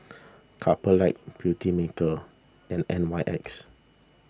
Couple Lab Beautymaker and N Y X